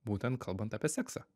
būtent kalbant apie seksą